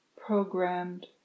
programmed